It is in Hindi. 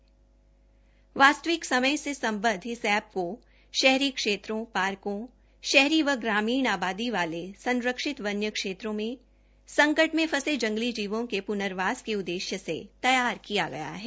उन्होंने वास्तविक समय में इस एप्प को शहरी क्षेत्रों पार्को शहरी ग्रामीण आबादी वाले संरक्षित वन क्षेत्रों में संकट में फसे एवं जंगली जीवों के प्नर्वास के उद्देश्य से तैयार किया गया है